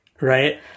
right